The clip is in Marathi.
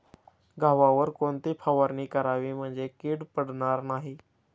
गव्हावर कोणती फवारणी करावी म्हणजे कीड पडणार नाही?